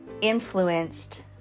influenced